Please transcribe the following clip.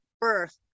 birth